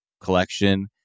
collection